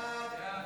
הצבעה.